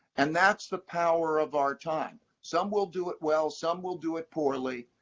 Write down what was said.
and that's the power of our time. some will do it well, some will do it poorly,